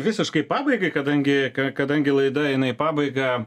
visiškai pabaigai kadangi kadangi laida eina į pabaigą